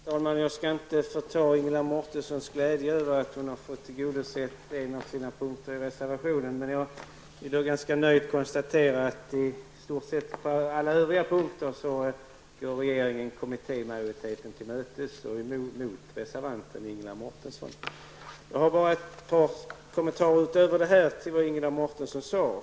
Herr talman! Jag skall inte förta Ingela Mårtenssons glädje över att hon har fått en av sina punkter i reservationen tillgodosedd. Men jag vill då ganska nöjt konstatera att regeringen på i stort sett alla övriga punkter går kommittémajoriteten till mötes mot reservanten Ingela Mårtensson. Jag har ett par kommentarer utöver detta till vad Ingela Mårtensson sade.